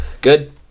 Good